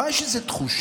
אבל יש איזו תחושה